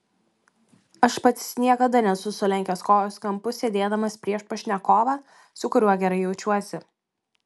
aš pats niekada nesu sulenkęs kojos kampu sėdėdamas prieš pašnekovą su kuriuo gerai jaučiuosi